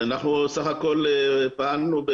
אנחנו בסך הכול פעלנו,